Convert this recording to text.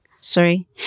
sorry